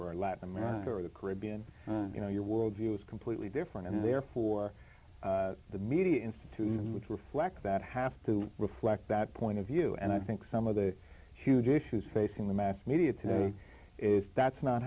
or latin america or the caribbean you know your worldview is completely different and therefore the media institution which reflect that have to reflect that point of view and i think some of the huge issues facing the mass media to is that's not